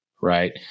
right